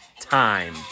time